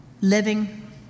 living